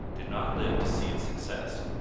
did not live to see its success.